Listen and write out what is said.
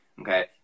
okay